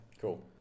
Cool